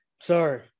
Sorry